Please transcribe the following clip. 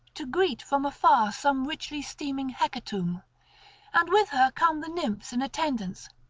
to greet from afar some richly-steaming hecatomb and with her come the nymphs in attendance,